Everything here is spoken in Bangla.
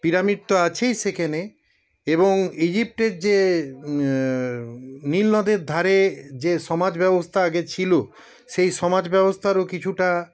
পিরামিড তো আছেই সেখানে এবং ইজিপ্টের যে নীল নদের ধারে যে সমাজ ব্যবস্থা আগে ছিল সেই সমাজ ব্যবস্থারও কিছুটা